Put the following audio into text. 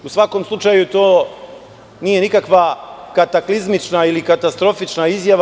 U svakom slučaju, to nije nikakva kataklizmična ili katastrofična izjava.